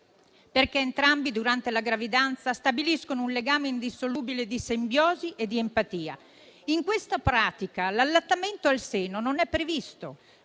perché entrambi durante la gravidanza stabiliscono un legame indissolubile di simbiosi e di empatia. In questa pratica, l'allattamento al seno non è previsto,